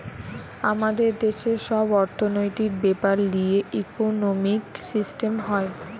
আমাদের দেশের সব অর্থনৈতিক বেপার লিয়ে ইকোনোমিক সিস্টেম হয়